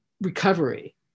recovery